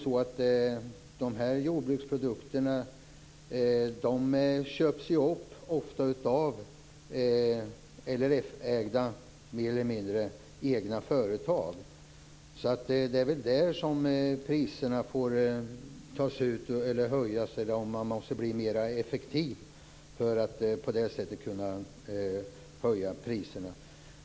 Jordbruksprodukterna köps ju ofta upp av LRF anslutna mer eller mindre egna företag. Det är väl där som priserna får höjas, eller också måste man bli mer effektiv för att på det sättet kunna höja priserna.